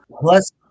plus